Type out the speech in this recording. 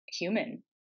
human